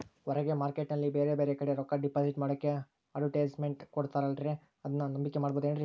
ಹೊರಗೆ ಮಾರ್ಕೇಟ್ ನಲ್ಲಿ ಬೇರೆ ಬೇರೆ ಕಡೆ ರೊಕ್ಕ ಡಿಪಾಸಿಟ್ ಮಾಡೋಕೆ ಅಡುಟ್ಯಸ್ ಮೆಂಟ್ ಕೊಡುತ್ತಾರಲ್ರೇ ಅದನ್ನು ನಂಬಿಕೆ ಮಾಡಬಹುದೇನ್ರಿ?